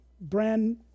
brand